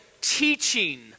teaching